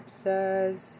says